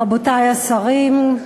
רבותי השרים,